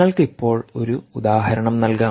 നിങ്ങൾക്ക് ഇപ്പോൾ ഒരു ഉദാഹരണം നൽകാം